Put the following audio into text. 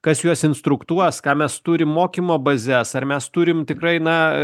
kas juos instruktuos ką mes turim mokymo bazes ar mes turim tikrai na